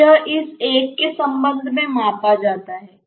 तो यह इस एक के संबंध में मापा जाता है